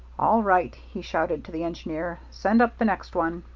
all right, he shouted to the engineer send up the next one.